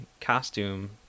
costume